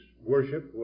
worship